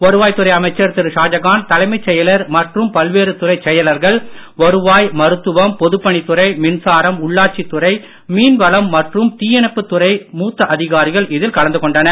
வருவாய் துறை அமைச்சர் திரு ஷாஜகான் தலைமைச் செயலர் மற்றும் பல்வேறு துறைச் செயலர்கள் வருவாய் மருத்துவம் பொதுப் பணித்துறை மின்சாரம் உள்ளாட்சி துறை மீன்வளம் மற்றும் தீயணைப்புத் துறை மூத்த அதிகாரிகள் இதில் கலந்து கொண்டனர்